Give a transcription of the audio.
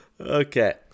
Okay